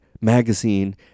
magazine